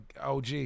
OG